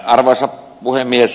arvoisa puhemies